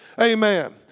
Amen